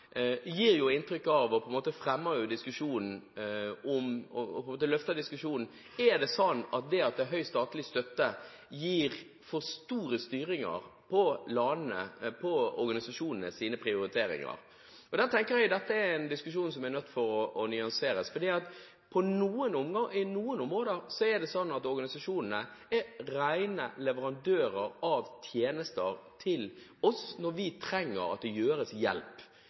gir organisasjonene handlefrihet og mulighet til å gjøre egne og selvstendige prioriteringer. Dokument 8-forslaget som er lagt fram, gir inntrykk av å løfte diskusjonen om hvorvidt det at det er høy statlig støtte, gir for store styringer på organisasjonenes prioriteringer. Jeg tenker at dette er en diskusjon som vi er nødt til å nyansere. På noen områder er det slik at organisasjonene er rene leverandører av tjenester til oss når det trengs å yte hjelp. Det er på en måte slik at når vi sier at vi trenger